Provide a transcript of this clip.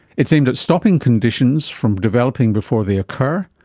it's aimed at stopping conditions from developing before they occur,